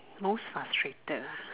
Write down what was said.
most frustrated ah